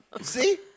See